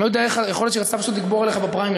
יכול להיות שהיא רצתה פשוט לגבור עליך בפריימריז,